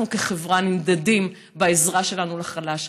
אנחנו כחברה נמדדים בעזרה שלנו לחלש.